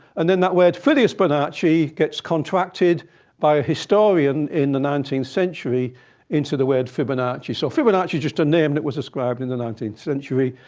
and then that word filius bonacci gets contracted by a historian in the nineteenth century into the word fibonacci. so fibonacci is just a name that was ascribed in the nineteenth century.